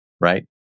right